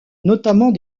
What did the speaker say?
notamment